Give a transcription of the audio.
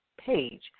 page